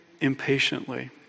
impatiently